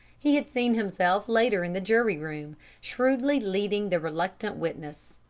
he had seen himself later in the jury-room, shrewdly leading the reluctant witness,